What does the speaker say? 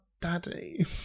Daddy